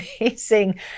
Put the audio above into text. amazing